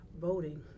voting